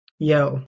Yo